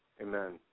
amen